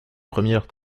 première